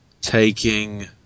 taking